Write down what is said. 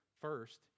First